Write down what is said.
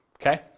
Okay